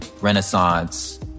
renaissance